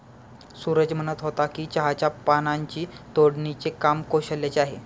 सूरज म्हणत होता की चहाच्या पानांची तोडणीचे काम कौशल्याचे आहे